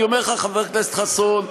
אני אומר לך, חבר הכנסת חסון,